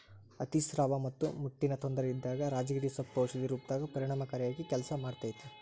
ಅತಿಸ್ರಾವ ಮತ್ತ ಮುಟ್ಟಿನ ತೊಂದರೆ ಇದ್ದಾಗ ರಾಜಗಿರಿ ಸೊಪ್ಪು ಔಷಧಿ ರೂಪದಾಗ ಪರಿಣಾಮಕಾರಿಯಾಗಿ ಕೆಲಸ ಮಾಡ್ತೇತಿ